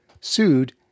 sued